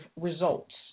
results